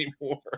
anymore